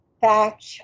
fact